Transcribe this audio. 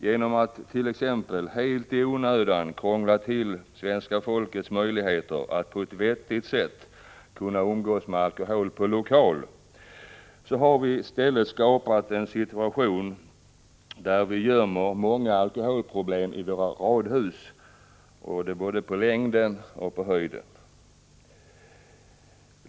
Genom att t.ex. helt i onödan krångla till svenska folkets möjlighet att på ett vettigt sätt umgås med alkohol på lokal har vi i stället skapat en situation där vi gömmer många alkoholproblem i våra radhus, både på längden och på höjden.